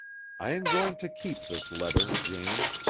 i am going to keep this letter, jane.